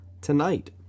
tonight